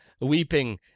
weeping